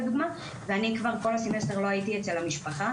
לדוגמה ואני כל הסמסטר לא הייתי אצל המשפחה,